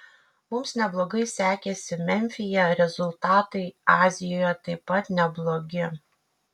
mums neblogai sekėsi memfyje rezultatai azijoje taip pat neblogi